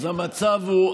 אז המצב הוא,